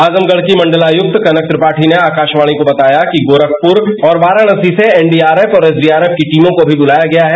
आजमगढ़ की मंडल आयुक्त कनक त्रिपाठी ने आकाशवाणी को बताया कि गोरखपूर और वाराणसी से एनडीआरएफ और एसडीआरएफ की टीमों को बुलाया गया है